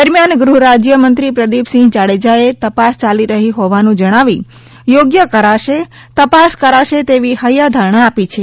દરમિયાન ગૃહરાજ્યમંત્રી પ્રદીપસિંહ જાડેજાએ તપાસ યાલી રહી હોવાનું જણાવી યોગ્ય કરાશે તપાસ કરાશે તેવી હૈયાધારણા આપી છે